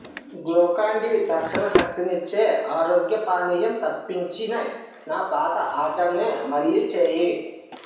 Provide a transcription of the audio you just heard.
Glucon D తక్షణ శక్తినిచ్చే ఆరోగ్య పానీయం తప్పించినే నా పాత ఆర్డర్నే మళ్ళీ చేయి